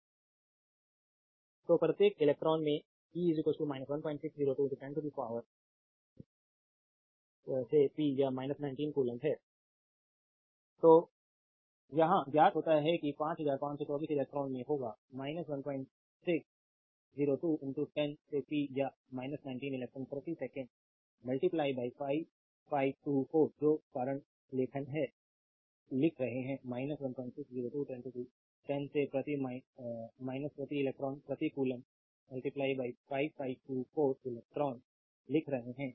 reference slide देखें 2246 तो प्रत्येक इलेक्ट्रॉन में e 1602 10 से p या 19 कूलम्ब है जो यहां ज्ञात होता है कि 5524 इलेक्ट्रॉनों में होगा 1602 10 से p या 19 इलेक्ट्रॉन प्रति इलेक्ट्रॉन 5524 जो कारण लेखन है लिख रहे हैं 1602 10 से प्रति इलेक्ट्रॉन प्रति कूलम्ब 5524 इलेक्ट्रॉन लिख रहे हैं